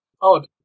odd